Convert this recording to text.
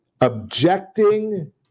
objecting